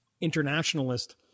internationalist